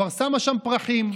כבר שמה שם פרחים,